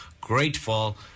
grateful